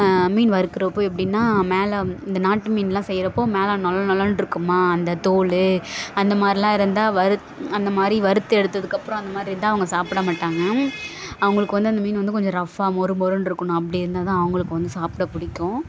மீன் வறுக்கிறப் போது எப்படின்னா மேலே இந்த நாட்டு மீனெல்லாம் செய்கிறப் போது மேலே நொல நொலண்ட்டிருக்குமா அந்த தோல் அந்த மாதிரிலாம் இருந்தால் வறுத் அந்த மாதிரி வறுத்து எடுத்ததுக்கப்புறம் அந்த மாதிரி இருந்தால் அவங்க சாப்பிட மாட்டாங்க அவங்களுக்கு வந்து அந்த மீன் வந்து கொஞ்சம் ரஃப்ஃபாக மொறு மொறுன்ட்டிருக்கணும் அப்படி இருந்தால் தான் அவங்களுக்கு வந்து சாப்பிட பிடிக்கும்